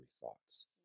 thoughts